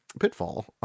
Pitfall